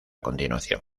continuación